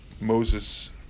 Moses